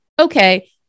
okay